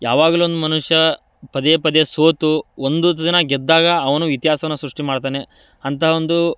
ಯಾವಾಗ್ಲೊಂದು ಮನುಷ್ಯ ಪದೇ ಪದೇ ಸೋತು ಒಂದು ದಿನ ಗೆದ್ದಾಗ ಅವನು ಇತಿಹಾಸವನ್ನು ಸೃಷ್ಟಿ ಮಾಡ್ತಾನೆ ಅಂತ ಒಂದು